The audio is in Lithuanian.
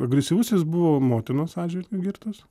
agresyvus jis buvo motinos atžvilgiu girtas